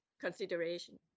consideration